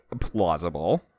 plausible